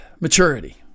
maturity